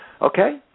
okay